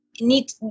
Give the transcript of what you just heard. Need